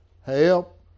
help